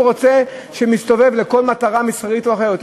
רוצה שמסתובב לכל מטרה מסחרית או אחרת.